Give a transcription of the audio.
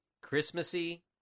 Christmassy